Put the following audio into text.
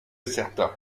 certa